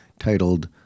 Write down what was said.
titled